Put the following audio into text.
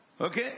Okay